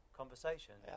conversation